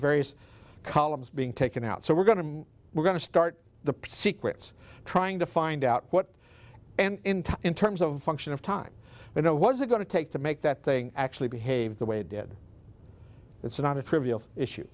various columns being taken out so we're going to we're going to start the secrets trying to find out what and in terms of action of time you know what is it going to take to make that thing actually behave the way it did it's not a trivial issue